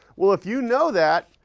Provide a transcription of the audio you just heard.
well, if you know that,